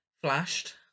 flashed